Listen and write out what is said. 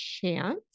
chance